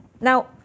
Now